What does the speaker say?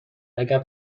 اگر